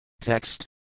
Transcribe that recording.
Text